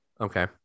Okay